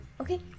Okay